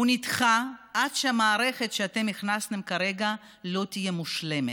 היא נדחית עד שהמערכת שאתם הכנסתם כרגע תהיה מושלמת.